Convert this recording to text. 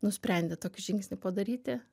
nusprendė tokį žingsnį padaryti